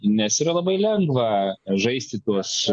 nes yra labai lengva žaisti tuos